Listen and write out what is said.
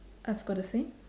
I've got the same